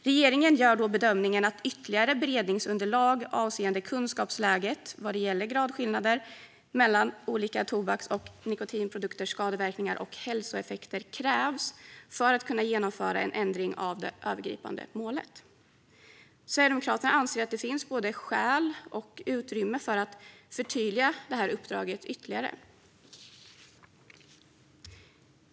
Regeringen gör bedömningen att ytterligare beredningsunderlag avseende kunskapsläget om gradskillnader mellan olika tobaks och nikotinprodukters skadeverkningar och hälsoeffekter krävs för att man ska kunna genomföra en ändring av det övergripande målet. Sverigedemokraterna anser att det finns både skäl och utrymme för att förtydliga uppdraget ytterligare.